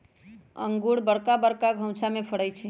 इंगूर बरका बरका घउछामें फ़रै छइ